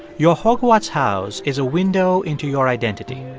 your hogwarts house is a window into your identity.